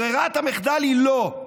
ברירת המחדל היא לא,